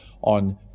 on